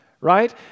right